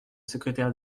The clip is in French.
secrétaire